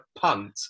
punt